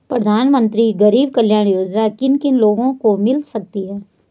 प्रधानमंत्री गरीब कल्याण योजना किन किन लोगों को मिल सकती है?